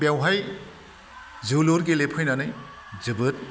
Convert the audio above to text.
बेवहाय जोलुर गेलेफैनानै जोबोद